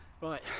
Right